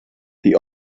the